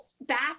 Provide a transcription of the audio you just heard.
back